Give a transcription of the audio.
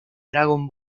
dragon